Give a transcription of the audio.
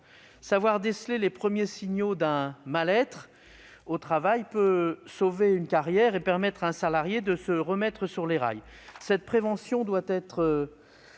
savoir déceler les premiers signaux d'un mal-être au travail peut sauver une carrière et permettre à un salarié de se remettre sur les rails. Cette prévention doit être